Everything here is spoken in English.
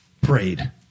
prayed